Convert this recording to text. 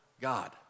God